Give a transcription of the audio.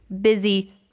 busy